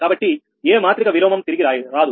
కాబట్టి ఏ మాత్రిక విలోమం తిరిగి రాదు